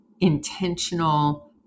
intentional